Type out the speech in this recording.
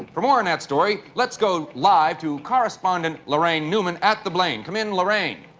for more on that story, let's go live to correspondent laraine newman at the blaine. come in, laraine.